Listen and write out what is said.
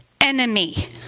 enemy